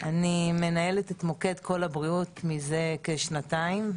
מנהלת מוקד קול הבריאות מזה קצת יותר משנתיים.